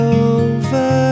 over